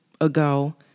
ago